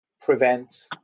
prevent